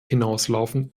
hinauslaufen